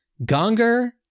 Gonger